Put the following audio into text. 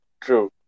true